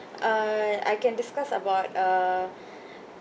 uh I can discuss about uh